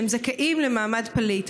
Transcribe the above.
שהם זכאים למעמד פליט.